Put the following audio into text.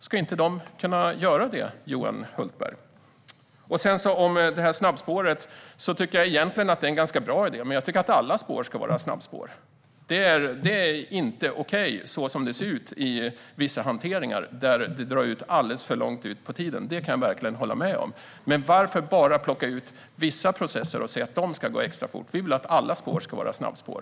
Ska de inte kunna göra det, Johan Hultberg? Snabbspåret tycker jag egentligen är en ganska bra idé. Men jag tycker att alla spår ska vara snabbspår. Det är inte okej som det ser ut i vissa hanteringar, där det drar ut alldeles för långt på tiden. Det kan jag verkligen hålla med om. Men varför bara plocka ut vissa processer och säga att de ska gå extra fort? Vi vill att alla spår ska vara snabbspår.